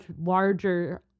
larger